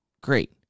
great